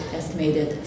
estimated